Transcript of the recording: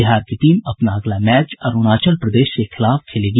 बिहार की टीम अपना अगला मैच अरूणाचल प्रदेश के खिलाफ खेलेगी